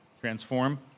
transform